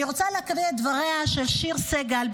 אני רוצה להקריא את דבריה של שיר סיגל,